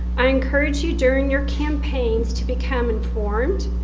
i encourage you during your campaigns to become informed,